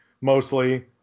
mostly